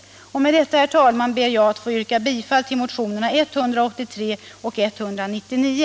Med detta, herr talman, ber jag att få yrka bifall till motionerna 183 och 199.